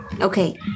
okay